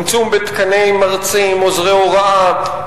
צמצום בתקני מרצים ועוזרי הוראה,